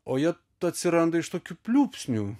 o jie atsiranda iš tokių pliūpsnių